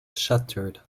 shattered